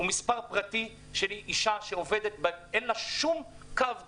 זה מספר פרטי של אישה שאין לה שום קו תוכן.